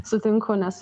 sutinku nes